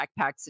backpacks